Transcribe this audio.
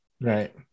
right